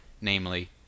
namely